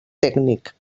tècnic